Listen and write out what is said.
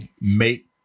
make